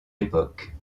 époque